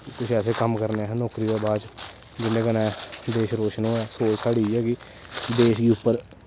कुछ ऐसे कम्म करने असें नौकरी दे बाद च जिंदे कन्नै देश रोशन होऐ सोच साढ़ी इ'यै कि देश गी उप्पर